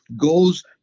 Goes